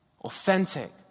authentic